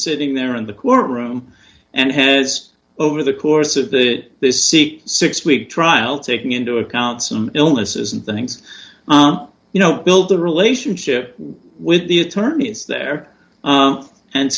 sitting there in the courtroom and has over the course of that this seat six week trial taking into account some illnesses and things you know build a relationship with the attorneys there